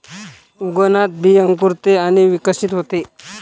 उगवणात बी अंकुरते आणि विकसित होते